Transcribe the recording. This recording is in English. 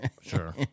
sure